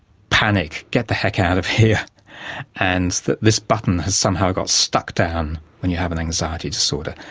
panic. get the heck out of here and that this button has somehow got stuck down when you have an anxiety disorder.